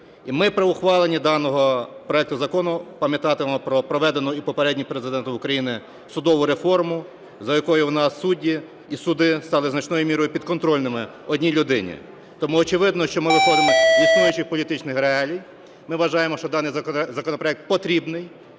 І ми при ухваленні даного проекту закону пам'ятатимемо про проведену і попереднім Президентом України судову реформу, за якою в нас судді і суди стали значною мірою підконтрольними одній людині. Тому, очевидно, що ми виходимо із існуючих політичних реалій. Ми вважаємо, що даний законопроект потрібний,